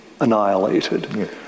annihilated